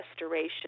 restoration